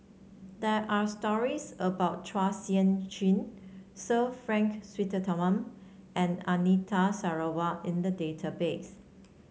there are stories about Chua Sian Chin Sir Frank Swettenham and Anita Sarawak in the database